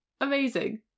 Amazing